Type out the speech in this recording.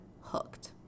hooked